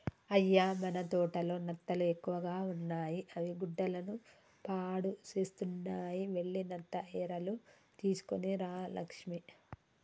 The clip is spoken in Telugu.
అయ్య మన తోటలో నత్తలు ఎక్కువగా ఉన్నాయి అవి గుడ్డలను పాడుసేస్తున్నాయి వెళ్లి నత్త ఎరలు తీసుకొని రా లక్ష్మి